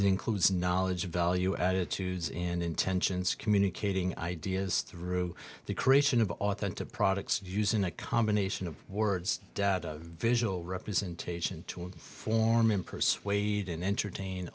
includes knowledge of value attitudes and intentions communicating ideas through the creation of authentic products using a combination of words visual representation to form and persuade and entertain